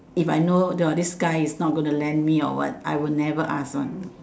if I know this guy is not going to lend me or what I would never ask one